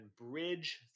bridge